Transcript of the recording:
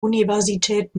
universität